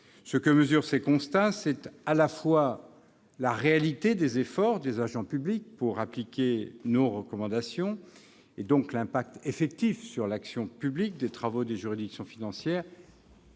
Ce que mesurent ces constats, c'est à la fois la réalité des efforts des agents publics pour appliquer nos recommandations- donc, l'incidence effective sur l'action publique des travaux des juridictions financières